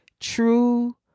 True